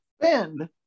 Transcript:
spend